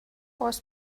oes